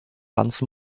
once